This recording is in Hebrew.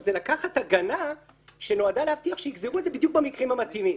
זה לקחת הגנה שנועדה להבטיח שיגזרו את זה בדיוק במקרים המתאימים.